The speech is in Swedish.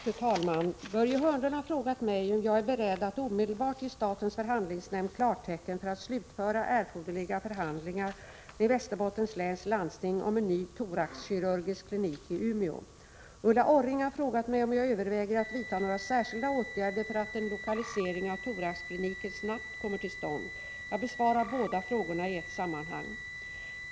Fru talman! Börje Hörnlund har frågat mig om jag är beredd att omedelbart ge statens förhandlingsnämnd klartecken för att slutföra erforderliga förhandlingar med Västerbottens läns landsting om en ny thoraxkirurgisk klinik i Umeå. Ulla Orring har frågat mig om jag överväger att vidta några särskilda åtgärder för att en lokalisering av thoraxkliniken snabbt kommer till stånd. Jag besvarar båda frågorna i ett sammanhang.